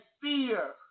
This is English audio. fear